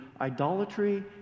idolatry